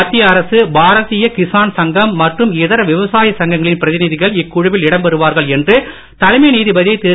மத்திய அரசு பாரதிய கிஸான் சங்கம் மற்றும் இதர விவசாய சங்கங்களின் பிரதிநிதிகள் இக்குழுவில் இடம் பெருவார்கள் என்று தலைமை நீதிபதி திரு